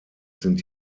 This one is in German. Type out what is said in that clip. sind